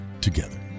together